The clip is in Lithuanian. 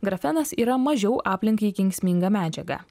grafenas yra mažiau aplinkai kenksminga medžiaga